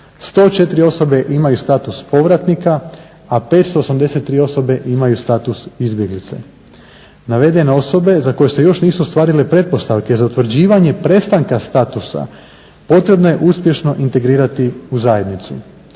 104 osobe imaju status povratnika, a 583 osobe imaju status izbjeglica. Navedene osobe za koje se još nisu ostvarile pretpostavke za utvrđivanje prestanka statusa potrebno je uspješno integrirati u zajednicu.